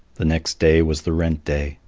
the next day was the rent-day,